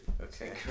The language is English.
okay